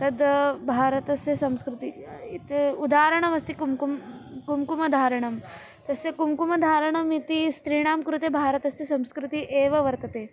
तद् भारतस्य संस्कृतिः इते उदाहरणमस्ति कुम्कुम् कुम्कुमधारणं तस्य कुम्कुमधारणमिति स्त्रीणां कृते भारतस्य संस्कृतेः एव वर्तते